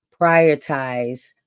Prioritize